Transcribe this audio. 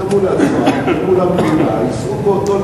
ומול עצמם ומול המדינה יישאו באותו נטל,